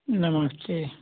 नमस्ते